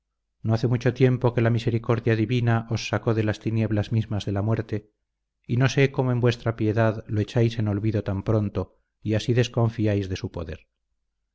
no hace mucho tiempo que la misericordia divina os sacó de las tinieblas mismas de la muerte y no sé cómo en vuestra piedad lo echáis en olvido tan pronto y así desconfiáis de su poder